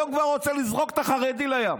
היום הוא כבר רוצה לזרוק את החרדי לים.